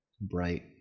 bright